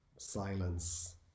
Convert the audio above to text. silence